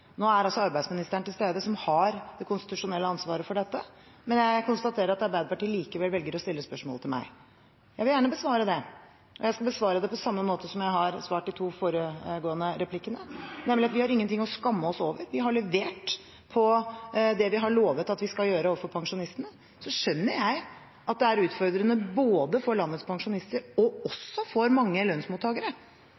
Nå er arbeidsministeren, som har det konstitusjonelle ansvaret for dette, til stede, men jeg konstaterer at Arbeiderpartiet likevel velger å stille spørsmålet til meg. Jeg vil gjerne besvare det, og jeg skal besvare det på samme måte som jeg har besvart de to foregående spørsmålene, nemlig at vi har ingenting å skamme oss over. Vi har levert på det vi har lovet at vi skal gjøre overfor pensjonistene. Så skjønner jeg at det er utfordrende både for landets pensjonister og